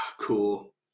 cool